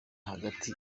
hagati